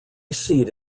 seat